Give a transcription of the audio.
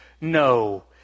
no